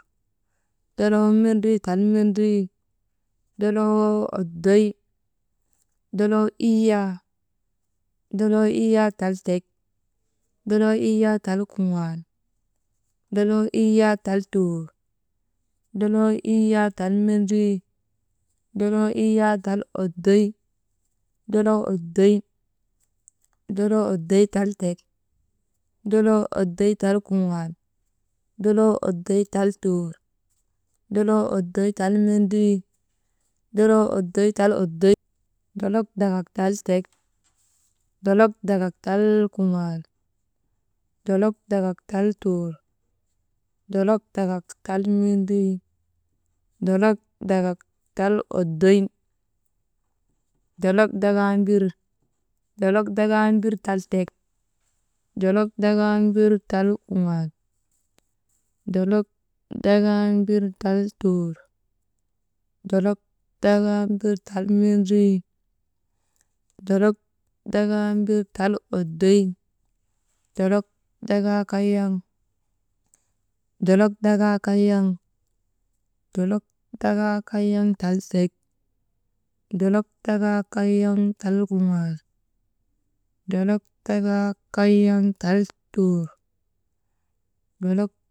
Doloo mendrii tal mendrii, doloo oddoy, doloo iyyaa, doloo iyyaa tal tek, doloo iyyaa tal kuŋaal, doloo iyyaa tal tuur, doloo iyyaa tal mendrii, doloo iyyaa tal oddoy, doloo oddoy, doloo oddoy tal tek, doloo oddoy tal kuŋaal, doloo oddoy tal tuur, doloo oddoy tal mendrii, doloo oddoy tal oddoy, dolok dakak tal tek, dolok dakak tal kuŋaal, dolok dakak tal tuur, dolok dakak tal mendrii, dolok dakak tal oddoy, dolok dakaa mbir, dolok dakaa mbir tal tek, dolok dakaa mbir tal kuŋaal, dolok dakaa mbir tal tuur, dolok dakaa mbir tal mendrii, dolok dakaa mbir tal oddoy, dolok dakaa kayaŋ, dolok dakaa kayaŋ tal tek, dolok dakaa kayaŋ tal kuŋaal, dolok dakaa kayaŋ tal tuur, dolok.